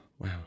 Wow